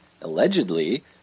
allegedly